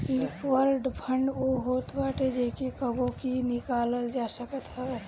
liquid fund उ होत बाटे जेके कबो भी निकालल जा सकत हवे